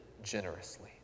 Generously